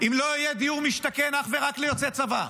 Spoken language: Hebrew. אם לא יהיה דיור למשתכן אך ורק ליוצאי צבא.